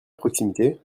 proximité